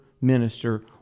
minister